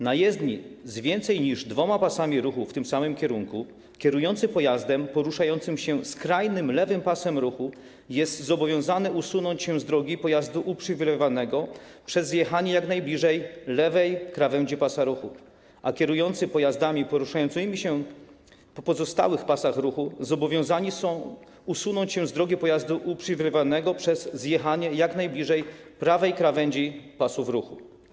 Na jezdni z więcej niż dwoma pasami ruchu w tym samym kierunku kierujący pojazdem poruszający się skrajnym lewym pasem ruchu jest zobowiązany usunąć się z drogi pojazdu uprzywilejowanego przez zjechanie jak najbliżej lewej krawędzi pasa ruchu, a kierujący pojazdami poruszającymi się po pozostałych pasach ruchu zobowiązani są usunąć się z drogi pojazdu uprzywilejowanego przez zjechanie jak najbliżej prawej krawędzi pasów ruchu.